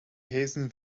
hazen